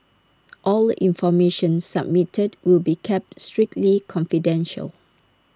all information submitted will be kept strictly confidential